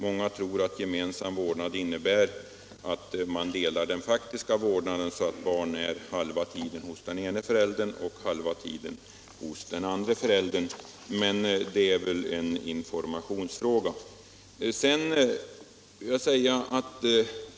Många tror att gemensam vårdnad innebär att man delar den faktiska vårdnaden, så att barn är halva tiden hos den ena föräldern och halva tiden hos den andra. Men det är väl en informationsfråga.